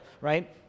right